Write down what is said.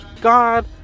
God